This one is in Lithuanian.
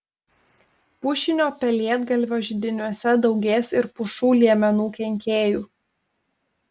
pušinio pelėdgalvio židiniuose daugės ir pušų liemenų kenkėjų